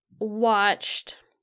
Watched